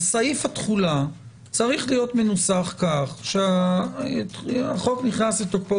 סעיף התחולה צריך להיות מנוסח כך שהחוק נכנס לתוקפו